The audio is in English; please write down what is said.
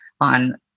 on